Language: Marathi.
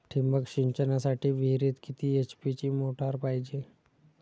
ठिबक सिंचनासाठी विहिरीत किती एच.पी ची मोटार पायजे?